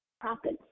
prophets